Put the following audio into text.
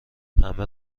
همه